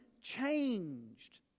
changed